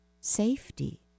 safety